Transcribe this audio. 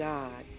God